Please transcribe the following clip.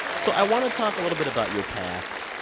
so i want to talk a little bit about your path